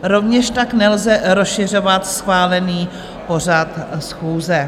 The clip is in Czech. Rovněž tak nelze rozšiřovat schválený pořad schůze.